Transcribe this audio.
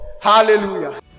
Hallelujah